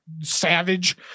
savage